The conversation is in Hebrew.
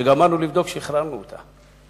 כשגמרנו לבדוק שחררנו אותה.